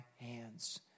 hands